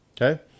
okay